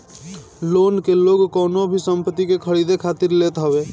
loan के लोग कवनो भी संपत्ति के खरीदे खातिर लेत हवे